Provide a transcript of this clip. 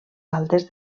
altes